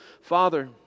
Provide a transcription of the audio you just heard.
Father